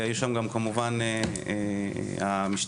היו שם כמובן המשטרה.